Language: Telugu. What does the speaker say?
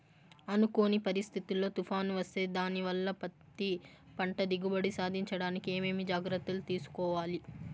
అనుకోని పరిస్థితుల్లో తుఫాను వస్తే దానివల్ల పత్తి పంట దిగుబడి సాధించడానికి ఏమేమి జాగ్రత్తలు తీసుకోవాలి?